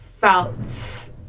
felt